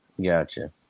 Gotcha